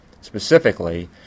Specifically